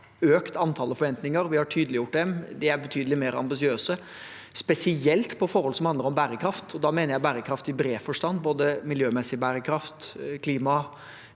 vi har økt antallet forventninger, og vi har tydeliggjort dem. De er betydelig mer ambisiøse, spesielt på forhold som handler om bærekraft. Da mener jeg bærekraft i bred forstand, både miljømessig bærekraft, klima,